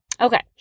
Okay